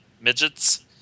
midgets